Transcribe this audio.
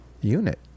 Unit